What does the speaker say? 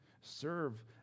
Serve